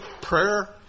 Prayer